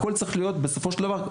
בסופו של דבר,